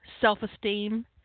self-esteem